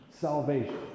salvation